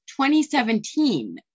2017